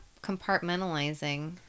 compartmentalizing